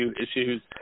issues